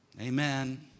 amen